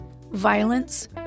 violence